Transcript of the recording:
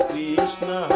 Krishna